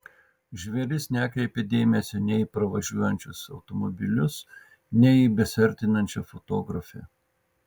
žvėris nekreipė dėmesio nei į pravažiuojančius automobilius nei į besiartinančią fotografę